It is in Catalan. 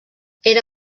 era